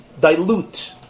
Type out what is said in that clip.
dilute